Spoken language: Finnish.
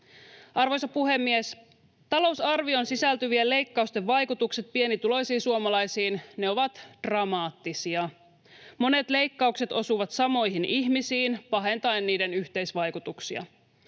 Arvoisa puhemies! Talousarvioon sisältyvien leikkausten vaikutukset pienituloisiin suomalaisiin ovat dramaattisia. Monet leikkaukset osuvat samoihin ihmisiin pahentaen niiden yhteisvaikutuksia.